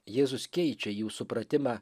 jėzus keičia jų supratimą